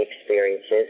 experiences